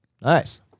Nice